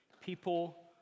people